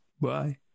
bye